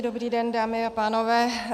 Dobrý den, dámy a pánové.